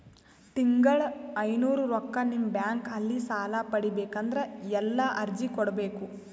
ತಿಂಗಳ ಐನೂರು ರೊಕ್ಕ ನಿಮ್ಮ ಬ್ಯಾಂಕ್ ಅಲ್ಲಿ ಸಾಲ ಪಡಿಬೇಕಂದರ ಎಲ್ಲ ಅರ್ಜಿ ಕೊಡಬೇಕು?